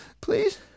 please